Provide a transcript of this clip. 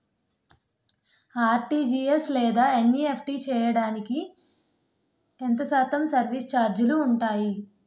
RTGS లేదా NEFT చేయడానికి ఎంత శాతం సర్విస్ ఛార్జీలు ఉంటాయి?